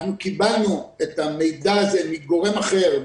אנחנו קיבלנו את המידע הזה מגורם אחר,